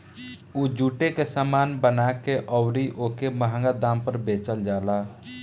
उ जुटे के सामान बना के अउरी ओके मंहगा दाम पर बेचल जाला